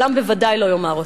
העולם בוודאי לא יאמר אותה.